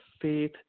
faith